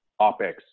OPEX